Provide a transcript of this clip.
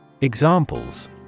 Examples